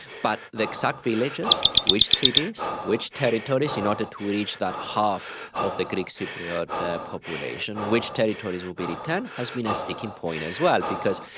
but the exact villages, which cities, which territories in order to reach that half of the greek cypriot population, which territories will be returned has been a sticking point as well because,